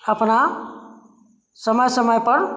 अपना समय समय पर